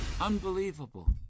Unbelievable